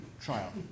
trial